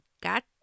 Got